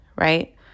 right